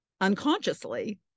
unconsciously